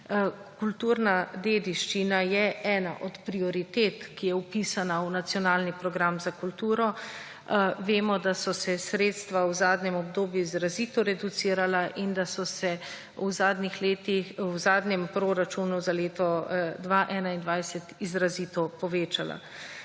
Kulturna dediščina je ena od prioritet, ki je vpisana v Nacionalni program za kulturo. Vemo, da so se sredstva v zadnjem obdobju izrazito reducirala in da so se v zadnjih letih, v zadnjem proračunu za leto 2021, izrazito povečala.